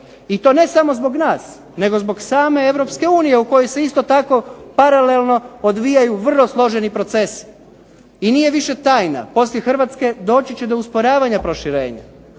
i to ne samo zbog nas, nego zbog same Europske unije u kojoj se isto tako paralelno odvijaju vrlo složeni procesi. I nije više tajna, poslije Hrvatske doći će do usporavanja proširenja,